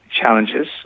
challenges